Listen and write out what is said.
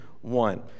one